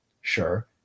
Sure